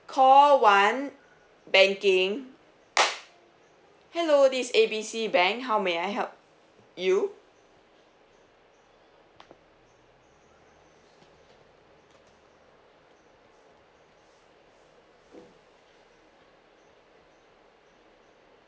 call one banking hello this is A B C bank how may I help you